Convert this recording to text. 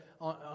on